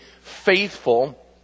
faithful